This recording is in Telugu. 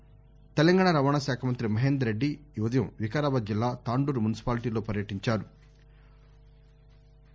మహేందర్ తెలంగాణ రవాణా శాఖ మంతి మహేందర్రెడ్డి ఈ ఉదయం వికారాబాద్ జిల్లా తాండూరు మున్పిపాలిటీలో పర్యటించారు